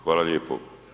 Hvala lijepo.